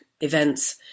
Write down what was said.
events